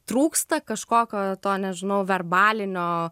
trūksta kažkokio to nežinau verbalinio